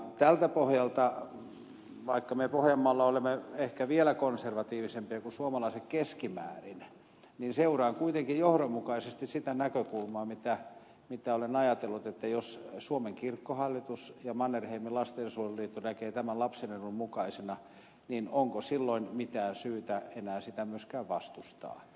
tältä pohjalta vaikka me pohjanmaalla olemme ehkä vielä konservatiivisempia kuin suomalaiset keskimäärin seuraan kuitenkin johdonmukaisesti sitä näkökulmaa mitä olen ajatellut että jos kirkkohallitus ja mannerheimin lastensuojeluliitto näkevät tämän lapsen edun mukaisena niin onko silloin mitään syytä enää sitä myöskään vastustaa